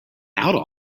out